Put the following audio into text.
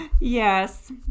Yes